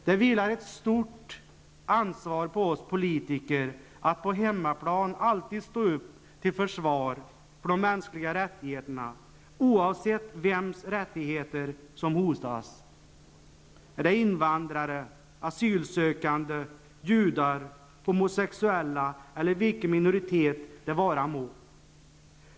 Det vilar ett stort ansvar på oss politiker att på hemmaplan alltid stå upp till försvar för de mänskliga rättigheterna, oavsett vems rättigheter som hotas -- invandrare, asylsökande, judar, homosexuella eller vilken minoritet det vara må.